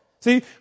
See